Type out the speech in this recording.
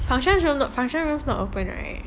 functions room not function rooms not open right